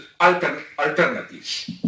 alternatives